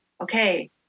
okay